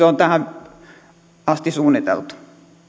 on tähän asti suunniteltu